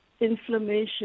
inflammation